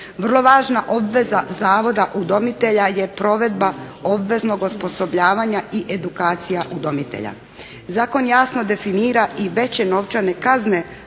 Vrlo važna obveza Zavoda udomitelja je provedba obveznog osposobljavanja i edukacija udomitelja. Zakon jasno definira i veće novčane kazne